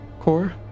core